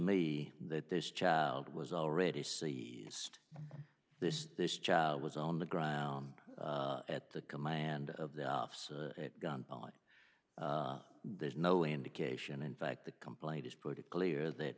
me that this child was already seized this this child was on the ground at the command of the offs at gunpoint there's no indication in fact the complaint is pretty clear that